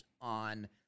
on